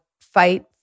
fight